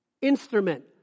instrument